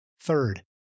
Third